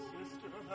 Sister